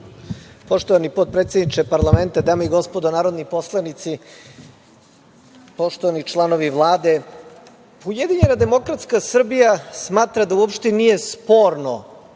Poštovani potpredsedniče parlamenta, dame i gospodo narodni poslanici, poštovani članovi Vlade, Ujedinjena demokratska Srbija smatra da uopšte nije sporno